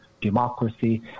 democracy